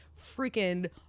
freaking